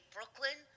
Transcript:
Brooklyn